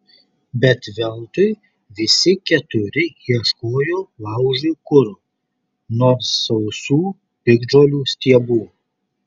bet veltui visi keturi ieškojo laužui kuro nors sausų piktžolių stiebų